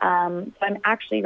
so i'm actually